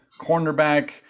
cornerback